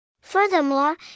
Furthermore